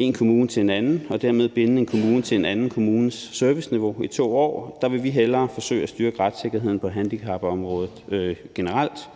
én kommune til en anden og dermed binde en kommune til en anden kommunes serviceniveau i 2 år vil vi hellere forsøge at styrke retssikkerheden på handicapområdet generelt,